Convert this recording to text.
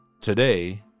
Today